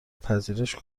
پذیرش